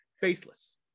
Faceless